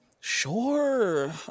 sure